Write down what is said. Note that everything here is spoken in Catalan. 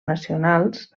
nacionals